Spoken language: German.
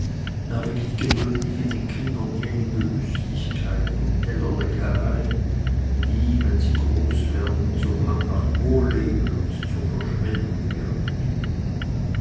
erweckt gewöhnlich in den kindern jene gelüstigkeit und tellerleckerei die wenn sie groß werden zum hang nach wohlleben und zur verschwendung wird